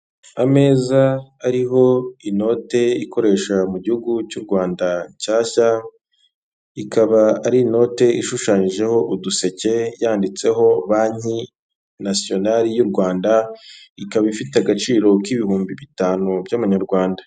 Ameza ariho inote ikoresha mu gihugu cy'u Rwanda nshyashya, ikaba ari inote ishushanyijeho uduseke yanditseho banki nasiyonali y'u Rwanda, ikaba ifite agaciro k'ibihumbi bitanu by'amanyarwanda.